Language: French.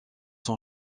son